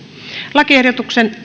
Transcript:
lakiehdotuksesta